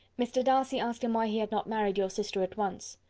mr. darcy asked him why he had not married your sister at once.